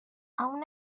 aun